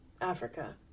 Africa